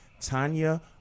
Tanya